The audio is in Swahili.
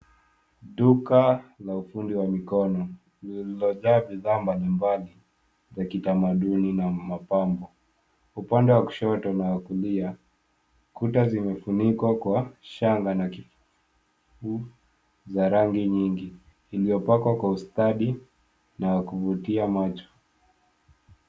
Duka la ufundi wa mikono lililojaa bidhaa mbalimbali ya kitamaduni na mapambo. Upande wa kushoto na wa kulia kuta zimefunikwa kwa shanga na kiu za rangi nyingi iliyopakwa kwa ustadi na wa kuvutia macho.